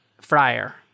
fryer